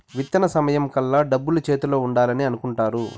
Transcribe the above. విత్తన సమయం కల్లా డబ్బులు చేతిలో ఉండాలని అనుకుంటారు